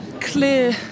clear